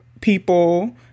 people